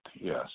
Yes